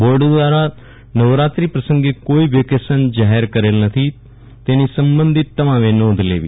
board દ્રારા નવરાત્રી પ્રસંગે કોઈ વેકેશન જાહેર કરેલ નથી તેની સંબંધિત તમામે નોંધ લેવી